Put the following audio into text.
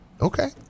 Okay